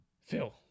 Phil